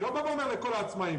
אני לא בא ואומר לכל העצמאיים.